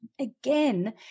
again